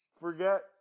forget